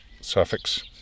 suffix